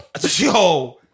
Yo